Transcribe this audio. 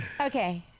Okay